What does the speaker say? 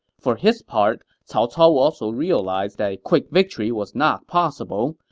for his part, cao cao also realized that a quick victory was not possible,